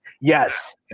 Yes